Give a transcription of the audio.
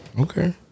Okay